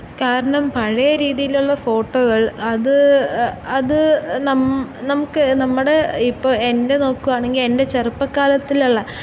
കാരണം പഴയ രീതിയിലുള്ള ഫോട്ടോകൾ അത് അത് നമുക്ക് നമ്മുടെ ഇപ്പോൾ എൻ്റെ നോക്കുകയാണെങ്കിൽ എൻ്റെ ചെറുപ്പകാലത്തിലുള്ള